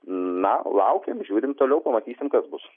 na laukiam žiūrim toliau pamatysim kas bus